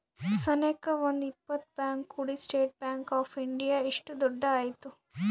ಸನೇಕ ಒಂದ್ ಇಪ್ಪತ್ ಬ್ಯಾಂಕ್ ಕೂಡಿ ಸ್ಟೇಟ್ ಬ್ಯಾಂಕ್ ಆಫ್ ಇಂಡಿಯಾ ಇಷ್ಟು ದೊಡ್ಡದ ಆಯ್ತು